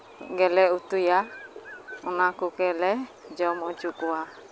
ᱜᱮᱞᱮ ᱩᱛᱩᱭᱟ ᱚᱱᱟ ᱠᱚᱜᱮ ᱞᱮ ᱡᱚᱢ ᱚᱪᱚ ᱠᱚᱣᱟ